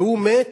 והוא מת